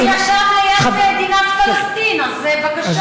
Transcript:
אם את רוצה, חברת, של מדינת פלסטין, אז בבקשה.